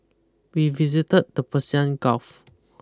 we visited the Persian Gulf